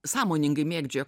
sąmoningai mėgdžioja